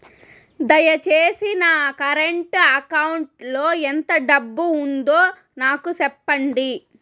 దయచేసి నా current account లో ఎంత డబ్బు ఉందో నాకు సెప్పండి